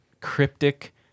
cryptic